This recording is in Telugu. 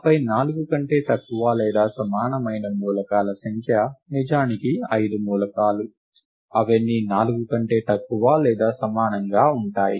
ఆపై 4 కంటే తక్కువ లేదా సమానమైన మూలకాల సంఖ్య నిజానికి ఐదు మూలకాలు అవన్నీ 4 కంటే తక్కువ లేదా సమానంగా ఉంటాయి